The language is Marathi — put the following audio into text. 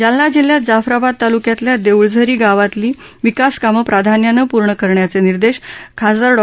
जालना जिल्ह्यात जाफराबाद तालुक्यातल्या देऊळझरी गावातली विकास कामं प्राधान्यानं पूर्ण करण्याचे निर्देश खासदार डॉ